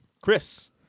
Chris